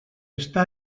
està